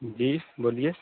जी बोलिए